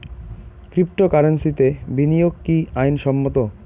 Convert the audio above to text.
ক্রিপ্টোকারেন্সিতে বিনিয়োগ কি আইন সম্মত?